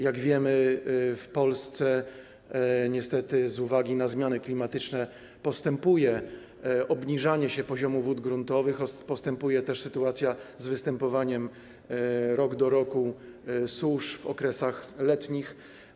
Jak wiemy, w Polsce niestety z uwagi na zmiany klimatyczne postępuje obniżanie się poziomu wód gruntowych oraz występowanie rok do roku susz w okresach letnich.